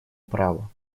права